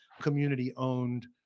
community-owned